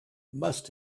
must